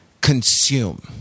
consume